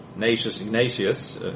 Ignatius